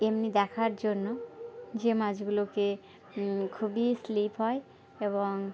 এমনি দেখার জন্য যে মাছগুলোকে খুবই স্লিপ হয় এবং